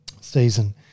season